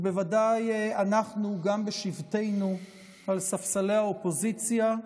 ובוודאי אנחנו, גם בשבתנו על ספסלי האופוזיציה,